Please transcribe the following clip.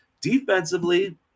defensively